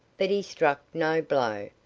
but he struck no blow,